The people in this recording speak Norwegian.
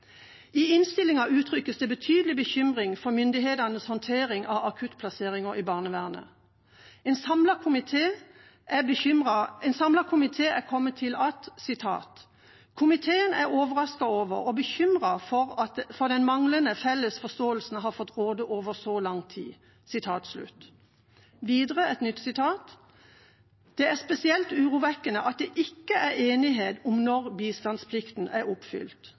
I innstillinga uttrykkes det betydelig bekymring for myndighetenes håndtering av akuttplasseringer i barnevernet. En samlet komité uttaler: «Komiteen er overrasket over og bekymret for at den manglende felles forståelsen har fått råde over så lang tid.» Videre: «Det er spesielt urovekkende at det ikke er enighet om når bistandsplikten er oppfylt.»